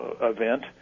event